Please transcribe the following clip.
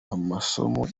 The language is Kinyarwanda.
amasomo